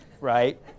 Right